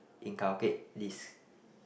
inculcate this